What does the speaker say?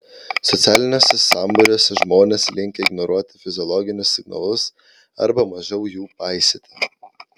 socialiniuose sambūriuose žmonės linkę ignoruoti fiziologinius signalus arba mažiau jų paisyti